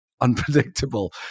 unpredictable